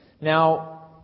Now